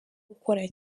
gukora